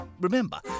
Remember